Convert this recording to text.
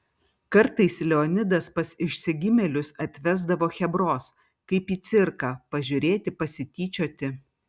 kartais leonidas pas išsigimėlius atvesdavo chebros kaip į cirką pažiūrėti pasityčioti